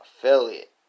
affiliate